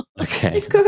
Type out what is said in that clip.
Okay